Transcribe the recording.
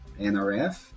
nrf